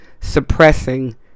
suppressing